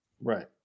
right